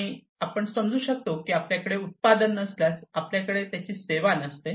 आणि आपण समजू शकतो की आपल्याकडे उत्पादन नसल्यास आपल्याकडे त्याची सेवा नसते